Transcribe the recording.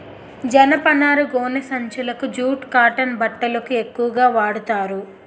జనపనార గోనె సంచులకు జూట్ కాటన్ బట్టలకు ఎక్కువుగా వాడతారు